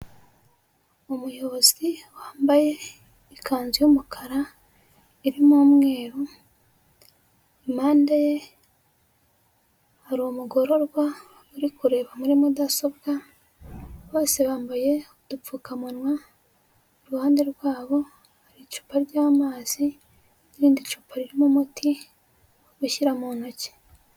Umuyobozi wambaye ikanzu y'umukara, irimo umweru, impande ye hari umugororwa, uri kureba muri mudasobwa, bose bambaye udupfukamunwa, iruhande rwabo hari icupa ry'amazi, irindi cupa ririmo umuti wo gushyira mu ntoki.